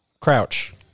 crouch